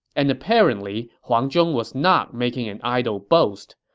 and apparently huang zhong was not making an idle boast.